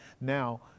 now